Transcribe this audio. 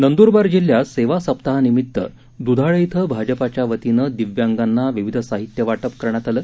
नंदुरबार जिल्ह्यात सेवा सप्ताहानिमित्त दुधाळे इथं भाजपाच्या वतीनं दिव्यांगांना विविध साहित्य वाटप करण्यात आलं